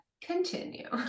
continue